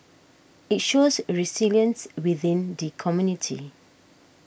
it shows resilience within the community